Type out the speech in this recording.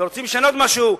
ורוצים לשנות משהו,